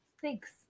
Thanks